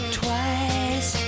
twice